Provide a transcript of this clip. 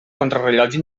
contrarellotge